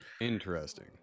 Interesting